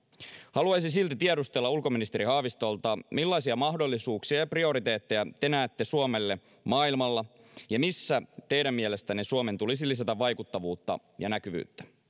haluaisin silti tiedustella ulkoministeri haavistolta millaisia mahdollisuuksia ja prioriteetteja te näette suomelle maailmalla ja missä teidän mielestänne suomen tulisi lisätä vaikuttavuutta ja näkyvyyttä